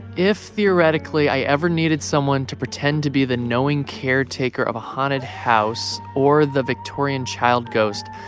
if, theoretically, i ever needed someone to pretend to be the knowing caretaker of a haunted house or the victorian child ghost,